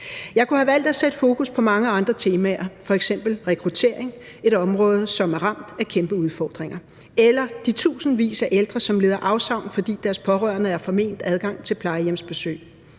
Jeg kunne have valgt at sætte fokus på mange andre temaer, f.eks. rekruttering – et område, som er ramt af kæmpe udfordringer – eller de tusindvis af ældre, som lider afsavn, fordi deres pårørende er forment adgang til plejehjemsbesøg,